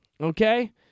Okay